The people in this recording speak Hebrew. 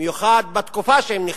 במיוחד בתקופה שהם נכתבו,